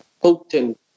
potent